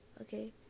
okay